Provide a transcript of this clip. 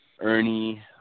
Ernie